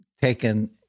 taken